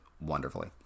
wonderfully